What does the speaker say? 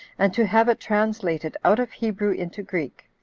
and to have it translated out of hebrew into greek,